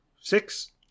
six